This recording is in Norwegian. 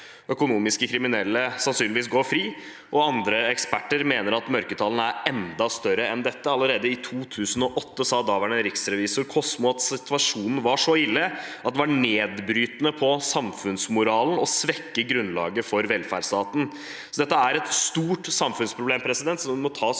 økonomisk kriminelle sannsynligvis går fri, og andre eksperter mener at mørketallene er enda større enn dette. Allerede i 2008 sa daværende riksrevisor Kosmo at situasjonen var så ille at det virket nedbrytende på samfunnsmoralen og svekket grunnlaget for velferdsstaten. Dette er et stort samfunnsproblem som må tas